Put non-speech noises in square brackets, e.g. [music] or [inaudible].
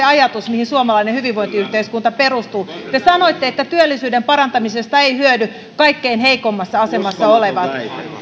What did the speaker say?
[unintelligible] ajatus mihin suomalainen hyvinvointiyhteiskunta perustuu te sanoitte että työllisyyden parantamisesta eivät hyödy kaikkein heikoimmassa asemassa olevat